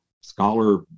scholar